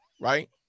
right